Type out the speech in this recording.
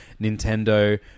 Nintendo